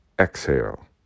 Exhale